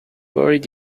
buried